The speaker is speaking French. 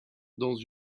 dans